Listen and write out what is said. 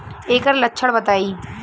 ऐकर लक्षण बताई?